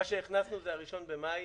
מה שהכנסנו זה הראשון במאי